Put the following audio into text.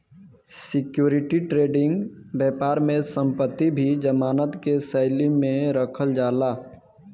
security trading बैपार में संपत्ति भी जमानत के शैली में रखल जाला